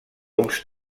uns